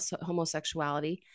homosexuality